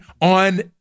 on